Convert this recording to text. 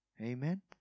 Amen